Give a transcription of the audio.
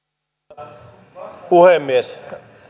arvoisa puhemies